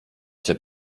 się